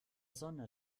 sonne